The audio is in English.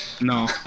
No